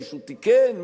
מישהו תיקן?